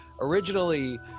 originally